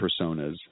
personas